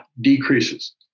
decreases